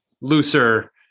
looser